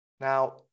Now